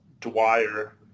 Dwyer